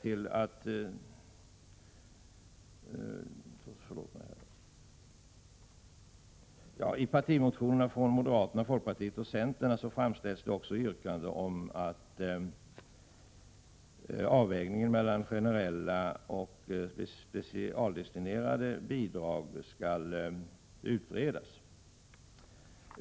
I partimotionerna från moderaterna, folkpartiet och centern framställs yrkanden om att avvägningen mellan generella och specialdestinerade bidrag skall utredas.